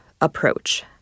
approach